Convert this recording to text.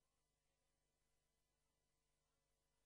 אבל